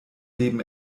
leben